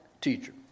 teacher